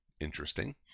interesting